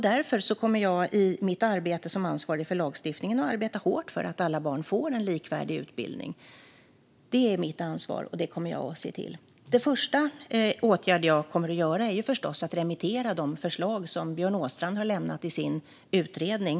Därför kommer jag i mitt arbete som ansvarig för lagstiftningen att arbeta hårt för att alla barn ska få en likvärdig utbildning. Detta är mitt ansvar, och det kommer jag att se till. Den första åtgärd jag kommer att vidta är förstås att remittera de förslag som Björn Åstrand har lämnat i sin utredning.